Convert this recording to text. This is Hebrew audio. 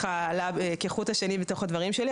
שעלתה כחוט השני בתוך הדברים שלי.